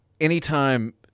anytime